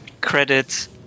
credits